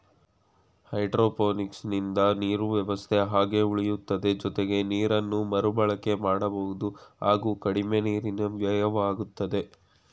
ಹೈಡ್ರೋಪೋನಿಕ್ಸಿಂದ ನೀರು ವ್ಯವಸ್ಥೆ ಹಾಗೆ ಉಳಿತದೆ ಜೊತೆಗೆ ನೀರನ್ನು ಮರುಬಳಕೆ ಮಾಡಬಹುದು ಹಾಗೂ ಕಡಿಮೆ ನೀರಿನ ವ್ಯಯವಾಗ್ತದೆ